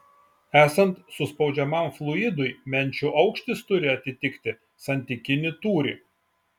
esant suspaudžiamam fluidui menčių aukštis turi atitikti santykinį tūrį